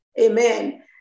amen